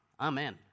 amen